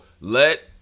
let